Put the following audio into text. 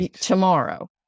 tomorrow